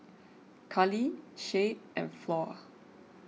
Carli Shay and Flor